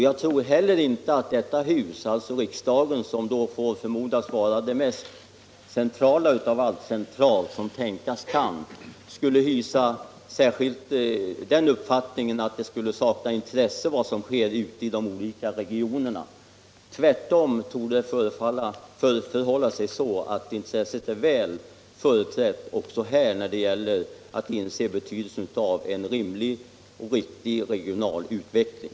Jag tror inte heller att riksdagen, som då får förmodas vara det mest centrala av allt centralt som tänkas kan, skulle hysa den uppfattningen att vad som sker ute i de olika regionerna skulle sakna intresse. Tvärtom torde det förhålla sig så att intresset är väl företrätt också här när det gäller att inse betydelsen av en rimlig och riktig regional utveckling.